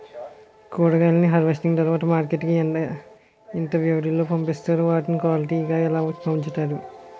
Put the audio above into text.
కూరగాయలను హార్వెస్టింగ్ తర్వాత మార్కెట్ కి ఇంత వ్యవది లొ పంపిస్తారు? వాటిని క్వాలిటీ గా ఎలా వుంచుతారు?